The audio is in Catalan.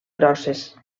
grosses